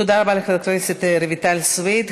תודה רבה לחברת הכנסת רויטל סויד.